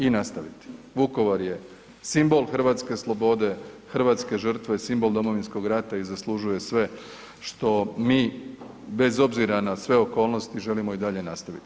I nastaviti, Vukovar je simbol hrvatske slobode, hrvatske žrtve, simbol Domovinskog rata i zaslužuje sve što mi bez obzira na sve okolnosti, želimo i dalje nastaviti.